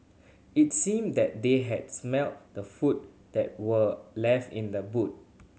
it seemed that they had smelt the food that were left in the boot